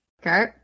Okay